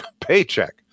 paycheck